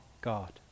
God